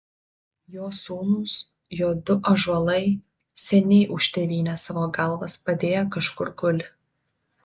jo sūnūs jo du ąžuolai seniai už tėvynę savo galvas padėję kažkur guli